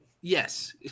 yes